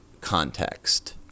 context